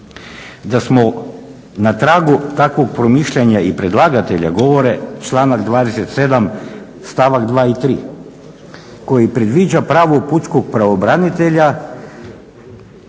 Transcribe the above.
Da smo na tragu takvog promišljanja i predlagatelja govore članak 27. stavak 2. i 3. koji predviđa pravo pučkog pravobranitelja